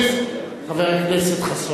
לך?